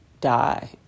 die